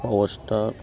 power star